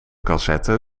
cassette